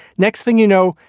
next thing you know,